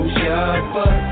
shopper